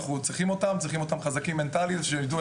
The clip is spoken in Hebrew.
אנחנו צריכים אותם חזקים מנטלית ושיידעו